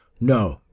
No